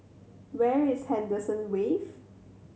where is Henderson Wave